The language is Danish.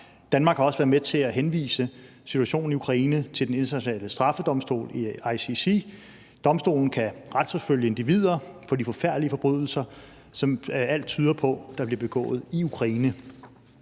Danmark har også været med til at henvise situationen i Ukraine til Den Internationale Straffedomstol, ICC. Domstolen kan retsforfølge individer for de forfærdelige forbrydelser, som alt tyder på der bliver begået i Ukraine.